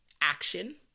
action